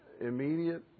Immediate